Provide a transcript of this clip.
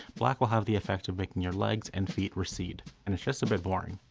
black will have the effect of making your legs and feet recede, and it's just a bit boring.